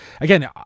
again